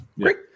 Great